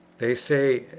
they say,